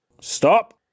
Stop